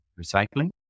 recycling